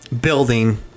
building